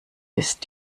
ist